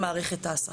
הס"פ